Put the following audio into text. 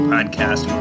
Podcast